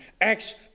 Acts